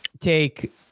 take